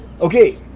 Okay